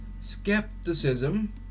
Skepticism